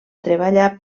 treballar